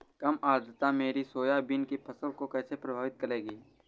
कम आर्द्रता मेरी सोयाबीन की फसल को कैसे प्रभावित करेगी?